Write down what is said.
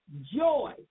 joy